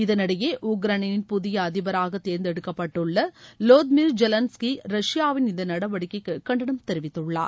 இதனிடையே உக்ரைனின் புதிய அதிபராக தேர்ந்தெடுக்கப்பட்டுள்ள லோதிமிர் ஜெலன்ஸ்கீ ரஷ்யாவின் இந்த நடவடிக்கைக்கு கண்டனம் தெரிவித்துள்ளார்